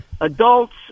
adults